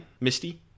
Misty